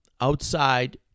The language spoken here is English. outside